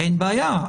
אין בעיה.